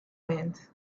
meant